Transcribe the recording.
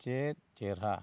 ᱪᱮᱫ ᱪᱮᱨᱦᱟ